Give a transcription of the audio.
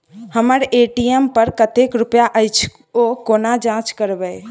हम्मर ए.टी.एम पर कतेक रुपया अछि, ओ कोना जाँच करबै?